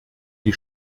die